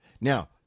Now